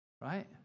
Right